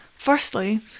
Firstly